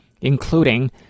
including